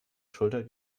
schulter